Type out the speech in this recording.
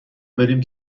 بریم